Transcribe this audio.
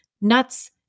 nuts